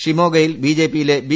ഷിമോഗയിൽ ബിജെപിയിലെ ബി